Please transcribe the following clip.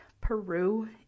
Peru